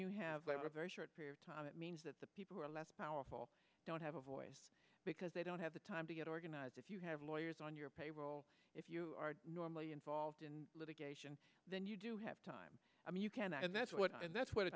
you have a very short period of time it means that the people who are less powerful don't have a voice because they don't have the time to get organized if you have lawyers on your payroll if you are normally involved in litigation then you do have time i mean you cannot and that's what and that's what a